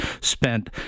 spent